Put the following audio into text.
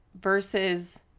Versus